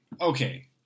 okay